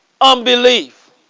unbelief